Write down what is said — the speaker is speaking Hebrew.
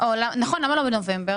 גם אם אנחנו